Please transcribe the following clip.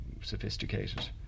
sophisticated